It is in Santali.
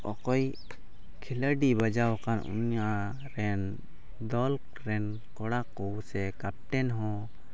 ᱚᱠᱚᱭ ᱠᱷᱮᱞᱳᱰᱤᱭ ᱵᱟᱡᱟᱣ ᱟᱠᱟᱱ ᱩᱱᱤᱭᱟᱜ ᱨᱮᱱ ᱫᱚᱞ ᱨᱮᱱ ᱠᱚᱲᱟ ᱠᱚ ᱥᱮ ᱠᱮᱯᱴᱮᱱ ᱦᱚᱸ